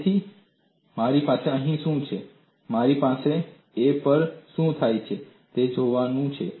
તેથી તમારી પાસે અહીં શું છે મારે A પર શું થાય છે તે જોવાનું છે